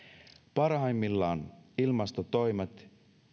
parhaimmillaan ilmastotoimet